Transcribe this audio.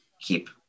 keep